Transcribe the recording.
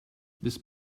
this